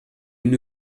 муну